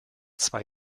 zwei